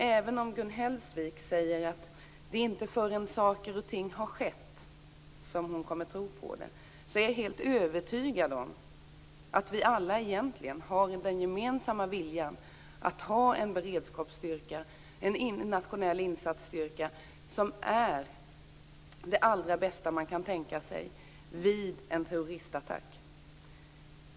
Även om Gun Hellsvik säger att hon inte kommer att tro på det förrän saker och ting har skett, är jag helt övertygad om att vi alla egentligen har den gemensamma viljan att ha en beredskapsstyrka, en nationell insatsstyrka, som är det allra bästa man kan tänka sig vid en terroristattack.